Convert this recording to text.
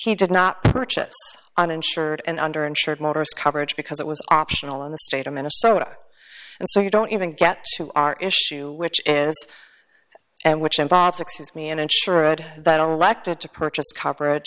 he did not purchase uninsured and under insured motorists coverage because it was optional in the state of minnesota and so you don't even get to our issue which is which involves excuse me and insured that elected to purchase coverage